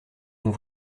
ont